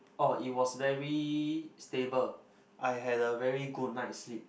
oh it was very stable I had a very good night sleep